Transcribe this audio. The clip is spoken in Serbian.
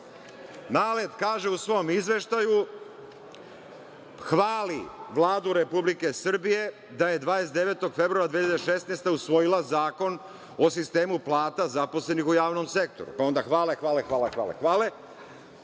NALED kaže u svom izveštaju, hvali Vladu Republike Srbije da je 29. februara 2016. godine usvojila Zakon o sistemu plata zaposlenih u javnom sektoru, onda hvale, hvale, hvale. Pozdravljaju,